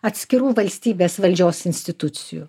atskirų valstybės valdžios institucijų